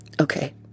Okay